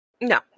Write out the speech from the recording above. No